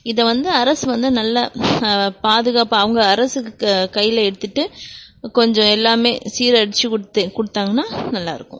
இதை வந்து அரசு வந்து நல்ல பாதுகாப்பாக அவங்க அரசு கையில எடுத்துகிட்டு கொஞ்சம் எல்லாமே சீரடிச்சு கொடுத்து கொடுத்தாங்கனா நல்லா இருக்கும்